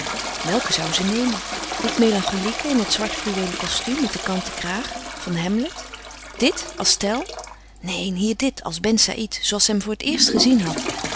welke zou ze nemen dit melancholieke in het zwart fluweelen kostuum met den kanten kraag van hamlet dit als tell neen hier dit als ben saïd zooals ze hem voor het eerst gezien had